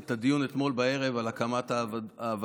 את הדיון אתמול בערב על הקמת הוועדות